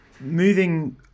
Moving